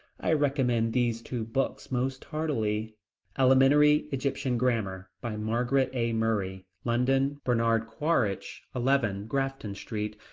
i recommend these two books most heartily elementary egyptian grammar, by margaret a. murray, london, bernard quaritch, eleven grafton street,